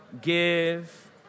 give